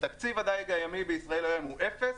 תקציב הדייג הימי בישראל היום הוא אפס,